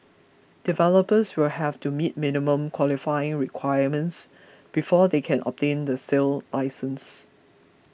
developers will have to meet minimum qualifying requirements before they can obtain the sale licence